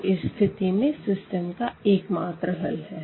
तो इस स्थिति में सिस्टम का एकमात्र हल है